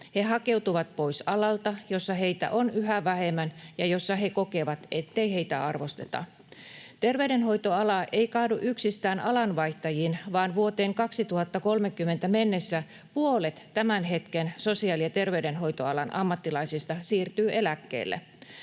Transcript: He hakeutuvat pois alalta, jolla heitä on yhä vähemmän ja jolla he kokevat, ettei heitä arvosteta. Terveydenhoitoala ei kaadu yksistään alanvaihtajiin, vaan vuoteen 2030 mennessä puolet tämän hetken sosiaali- ja terveydenhoitoalan ammattilaisista siirtyy eläkkeelle.